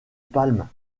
palme